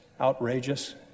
outrageous